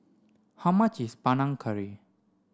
how much is Panang Curry